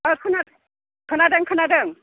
ओइ खोना खोनादों खोनादों